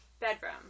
bedroom